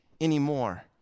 anymore